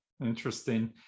Interesting